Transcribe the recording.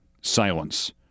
Silence